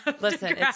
Listen